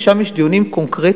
ששם יש דיונים קונקרטיים,